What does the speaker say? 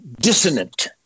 dissonant